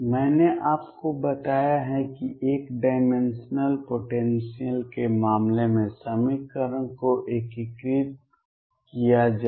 मैंने आपको बताया है कि एक डायमेंशनल पोटेंसियल के मामले में समीकरण को कैसे एकीकृत किया जाए